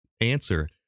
answer